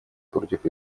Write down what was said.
против